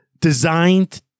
designed